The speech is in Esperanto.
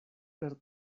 per